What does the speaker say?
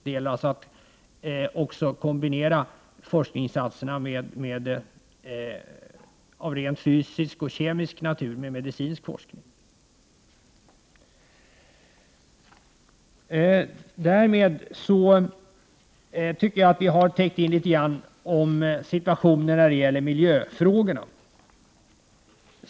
Det gäller alltså att kombinera forskningsinsatser av rent fysikalisk och kemisk natur med medicinsk forskning. Därmed tycker jag att vi har täckt in situationen när det gäller miljöfrågorna.